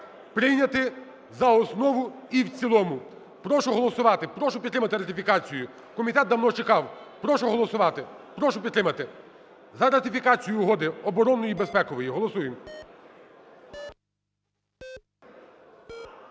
прийняти за основу і в цілому. Прошу голосувати, прошу підтримати ратифікацію. Комітет давно чекав. Прошу голосувати, прошу підтримати. За ратифікацію угоди оборонної і безпекової голосуємо.